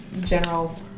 general